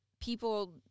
people